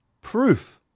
proof